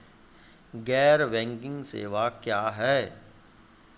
गैर बैंकिंग सेवा क्या हैं?